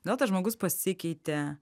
gal tas žmogus pasikeitė